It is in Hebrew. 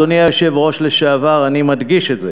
אדוני היושב-ראש לשעבר, אני מדגיש את זה